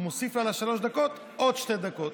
הוא מוסיף על שלוש הדקות עוד שתי דקות.